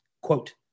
Quote